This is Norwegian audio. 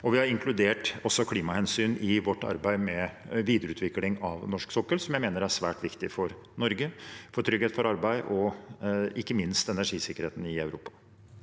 Vi har også inkludert klimahensyn i vårt arbeid med videreutvikling av norsk sokkel, som jeg mener er svært viktig for Norge, for trygghet for arbeid og ikke minst for energisikkerheten i Europa.